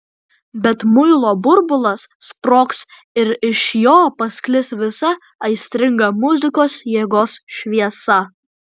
bet muilo burbulas sprogs ir iš jo pasklis visa aistringa muzikos jėgos šviesa